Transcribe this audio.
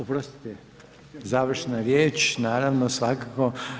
Oprostite, završna riječ naravno svakako.